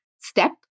step